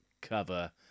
cover